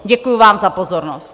Děkuji vám za pozornost.